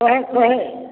ଶହେ ଶହେ